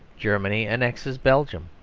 germany annexes belgium.